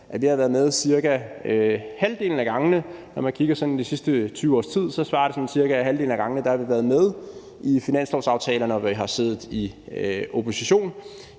at vi har været med cirka halvdelen af gangene. Når man kigger på de sidste 20 års tid, svarer det sådan cirka til, at vi halvdelen af gangene har været med i finanslovsaftalerne, når vi har siddet i opposition,